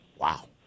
Wow